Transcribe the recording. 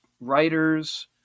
writers